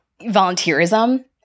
volunteerism